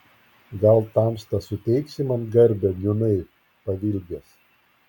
gal tamsta suteiksi man garbę nūnai pavilgęs